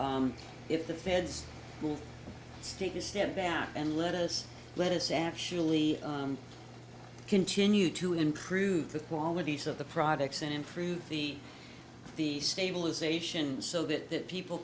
if the feds will take a step back and let us let us actually continue to improve the qualities of the products and improve the the stabilization so that people